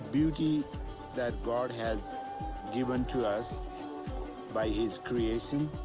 beauty that god has given to us by his creation.